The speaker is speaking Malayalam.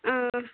ആ